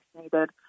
vaccinated